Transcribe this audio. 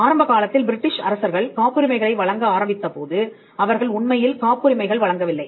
ஆரம்ப காலத்தில் பிரிட்டிஷ் அரசர்கள் காப்புரிமைகள் வழங்க ஆரம்பித்தபோது அவர்கள் உண்மையில் காப்புரிமைகள் வழங்கவில்லை